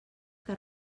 que